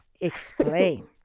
Explain